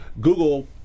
Google